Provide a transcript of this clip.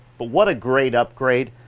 but what a great upgrade.